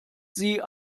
sie